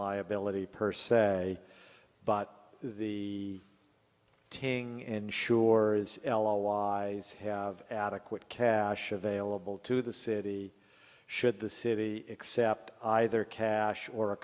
liability per se but the tang ensures l o y's have adequate cash available to the city should the city except either cash or a